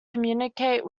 communicate